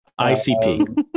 icp